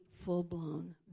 full-blown